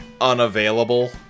unavailable